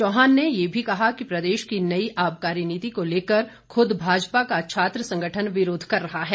चौहान ने ये भी कहा कि प्रदेश की नई आबकारी नीति को लेकर खुद भाजपा का छात्र संगठन विरोध कर रहा है